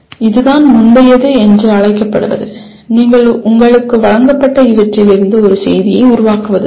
இதுதான் முந்தையது என்று அழைக்கப்படுவது நாங்கள் உங்களுக்கு வழங்கப்பட்ட இவற்றிலிருந்து ஒரு செய்தியை உருவாக்குவதுதான்